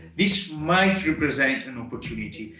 this might represent and opportunity.